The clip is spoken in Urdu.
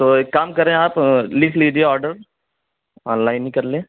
تو ایک کام کریں آپ لکھ لیجیے آرڈر آن لائن ہی کرلیں